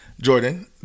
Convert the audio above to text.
Jordan